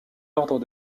ordres